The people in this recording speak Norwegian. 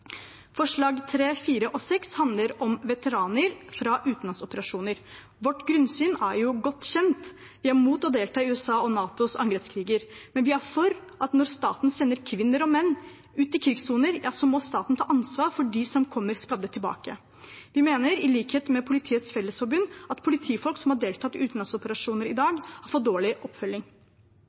og 6 handler om veteraner etter utenlandsoperasjoner. Vårt grunnsyn er godt kjent. Vi er mot å delta i USAs og NATOs angrepskriger, men vi er for at når staten sender kvinner og menn ut i krigssoner, ja, så må staten ta ansvar for dem som kommer skadet tilbake. Vi mener, i likhet med Politiets Fellesforbund, at politifolk som har deltatt i utenlandsoperasjoner, i dag får dårlig oppfølging.